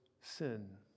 sin